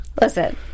listen